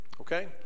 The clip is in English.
Okay